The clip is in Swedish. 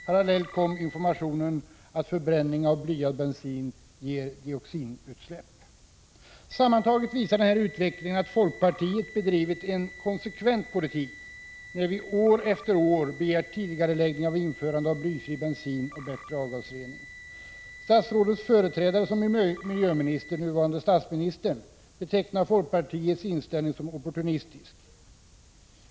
Parallellt kom informationen att förbränning av blyad bensin ger dioxinutsläpp. Sammantaget visar denna utveckling att folkpartiet bedrivit en konsekvent politik när vi år efter år begärt tidigareläggning av införande av blyfri bensin och bättre avgasrening. Statsrådets företrädare som miljöminister, nuvarande statsministern, betecknade folkpartiets inställning som opportunistisk.